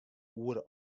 oere